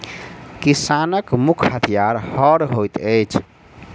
किसानक मुख्य हथियार हअर होइत अछि